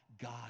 God